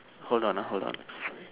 hold on ah hold on sorry